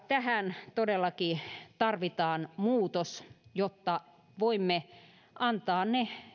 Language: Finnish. tähän todellakin tarvitaan muutos jotta voimme antaa ne